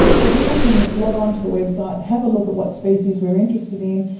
so people can log onto the website, have a look at what species we're interested in,